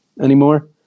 anymore